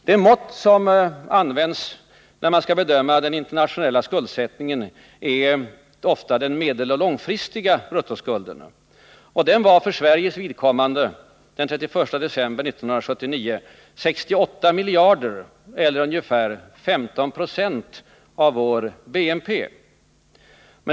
Det mått som används när man skall bedöma internationell skuldsättning är ofta den medeloch långfristiga bruttoskulden, och den var för Sveriges vidkommande den 31 december 1979 68 miljarder eller ungefär 15 20 av vår BNP.